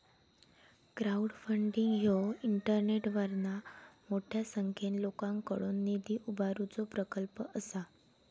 crowdfunding ह्यो इंटरनेटवरना मोठ्या संख्येन लोकांकडुन निधी उभारुचो प्रकल्प असा